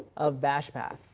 of bash path.